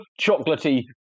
chocolatey